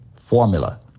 formula